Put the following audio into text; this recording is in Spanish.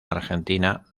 argentina